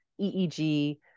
EEG